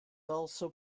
also